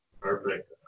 Perfect